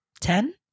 Ten